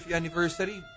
anniversary